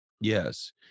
Yes